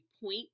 point